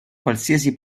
qualsiasi